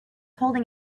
holding